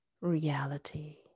reality